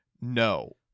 No